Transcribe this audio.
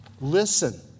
Listen